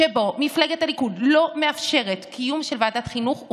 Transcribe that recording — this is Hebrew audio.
שבו מפלגת הליכוד לא מאפשרת קיום של ועדת החינוך,